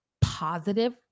positive